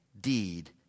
deed